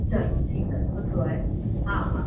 चलो ठीकु आहे सुठो आहे हा हा